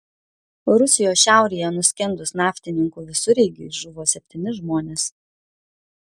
rusijos šiaurėje nuskendus naftininkų visureigiui žuvo septyni žmonės